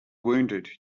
wounded